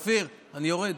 אופיר, אני יורד.